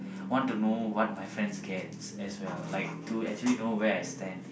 want to know what my friends get as well to actually know where I stand